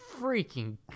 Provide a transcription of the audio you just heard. freaking